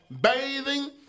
bathing